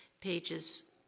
pages